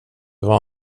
vad